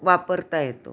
वापरता येतो